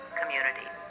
community